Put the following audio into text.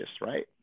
right